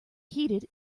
heated